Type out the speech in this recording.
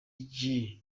gea